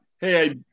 Hey